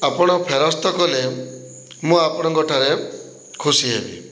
ଆପଣ ଫେରସ୍ତ କଲେ ମୁଁ ଆପଣଙ୍କଠାରେ ଖୁସି ହେବି